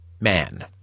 man